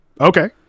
okay